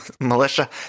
Militia